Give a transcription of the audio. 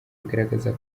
bigaragaza